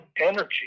Energy